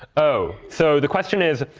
oh. so the question is,